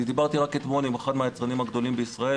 אני דיברתי רק אתמול עם אחד מהיצרנים הגדולים בישראל,